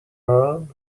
around